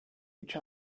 each